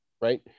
Right